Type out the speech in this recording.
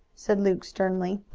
said luke sternly.